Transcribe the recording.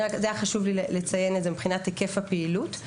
חשוב לי לציין זאת מבחינת היקף הפעילות.